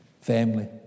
Family